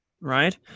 Right